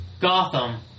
Gotham